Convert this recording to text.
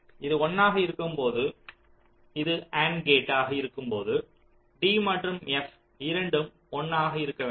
இது 1 ஆக இருக்கும்போது இது அண்ட் கேட் ஆக இருக்கும் போது d மற்றும் f இரண்டும் 1 ஆக இருக்க வேண்டும்